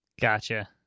Gotcha